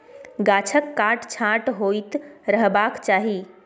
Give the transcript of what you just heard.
गाछक काट छांट होइत रहबाक चाही